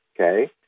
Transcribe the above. okay